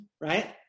right